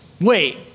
wait